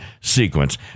sequence